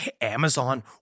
Amazon